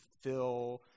fill